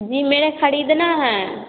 जी मेरा खरीदना है